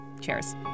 Cheers